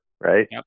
right